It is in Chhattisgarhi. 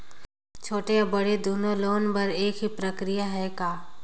छोटे या बड़े दुनो लोन बर एक ही प्रक्रिया है का?